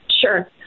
Sure